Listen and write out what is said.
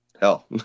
hell